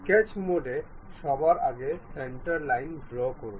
sketch মোডে সবার আগে সেন্টার লাইন ড্রও করুন